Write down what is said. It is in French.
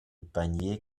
panier